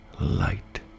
light